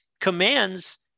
commands